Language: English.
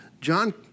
John